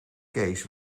kees